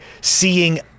seeing